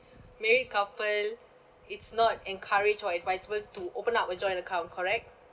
married couple it's not encouraged or advisable to open up a joint account correct